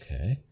okay